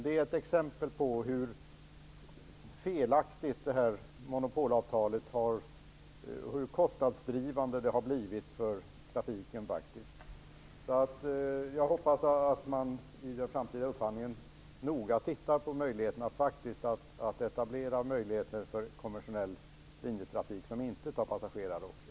Detta är ett exempel på hur felaktigt och kostnadsdrivande det här monopolavtalet har blivit för trafiken. Jag hoppas därför att man vid den framtida upphandlingen noga undersöker möjligheterna att också etablera konventionell linjetrafik som inte tar passagerare.